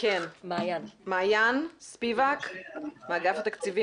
אני כאגף תקציבים